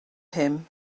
him